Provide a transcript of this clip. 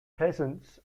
peasants